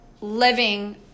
living